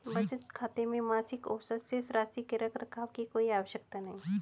बचत खाते में मासिक औसत शेष राशि के रख रखाव की कोई आवश्यकता नहीं